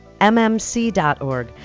mmc.org